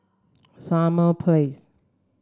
Summer Place